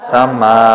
Sama